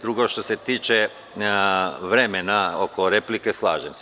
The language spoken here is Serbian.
Drugo, što se tiče vremena oko replike, slažem se.